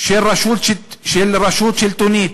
של רשות שלטונית